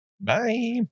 Bye